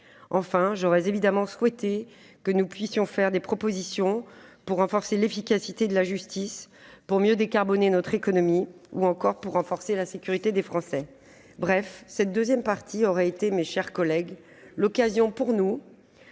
Enfin, j'aurais évidemment souhaité que nous puissions formuler des propositions pour renforcer l'efficacité de la justice, pour mieux décarboner notre économie, ou encore pour renforcer la sécurité des Français. Bref, cette deuxième partie aurait été l'occasion pour nous